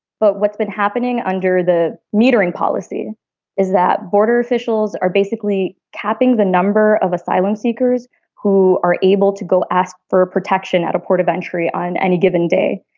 but what's been happening under the metering policy is that border officials are basically capping the number of asylum seekers who are able to go ask for protection at a port of entry on any given day.